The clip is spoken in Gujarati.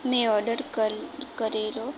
મેં ઓર્ડર કર કરેલો